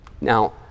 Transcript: Now